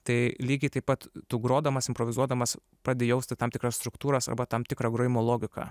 tai lygiai taip pat tu grodamas improvizuodamas pradedi jausti tam tikras struktūras arba tam tikrą grojimo logiką